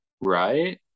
Right